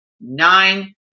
nine